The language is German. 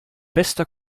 bester